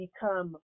become